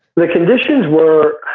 the conditions were,